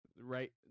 Right